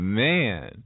man